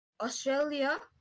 Australia